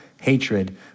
hatred